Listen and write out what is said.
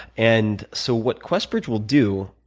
and so, what questbridge will do,